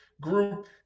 group